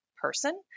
person